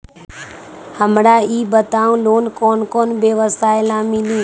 हमरा ई बताऊ लोन कौन कौन व्यवसाय ला मिली?